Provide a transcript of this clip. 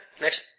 next